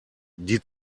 die